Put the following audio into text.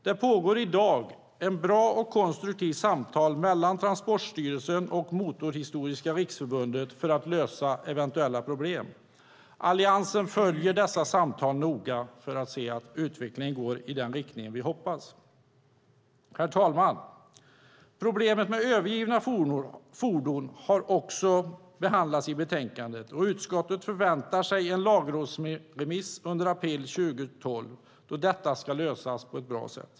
Det pågår i dag bra och konstruktiva samtal mellan Transportstyrelsen och Motorhistoriska Riksförbundet för att lösa eventuella problem. Alliansen följer dessa samtal noga för att se att utvecklingen går i den riktning vi hoppas. Herr talman! Problemet med övergivna fordon har också behandlats i betänkandet. Utskottet förväntar sig att en lagrådsremiss ska läggas fram under april 2012 med förslag på hur detta ska lösas på ett bra sätt.